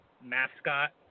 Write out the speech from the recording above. mascot